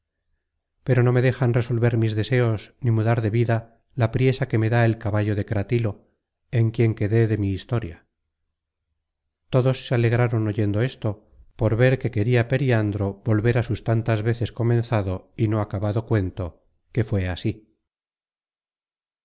pero no me dejan resolver mis deseos ni mudar de vida la priesa que me da el caballo de cratilo en quien quedé de mi historia todos se alegraron oyendo esto por ver que queria periandro volver á su tantas veces comenzado y no acabado cuento que fué así